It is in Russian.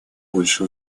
больше